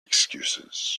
excuses